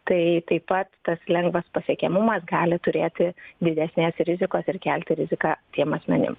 tai taip pat tas lengvas pasiekiamumas gali turėti didesnės rizikos ir kelti riziką tiem asmenim